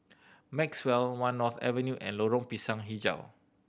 Maxwell One North Avenue and Lorong Pisang Hijau